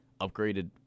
upgraded